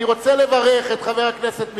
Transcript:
אני רוצה לברך את חבר הכנסת מיכאלי,